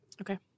Okay